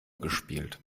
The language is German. gespielt